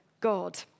God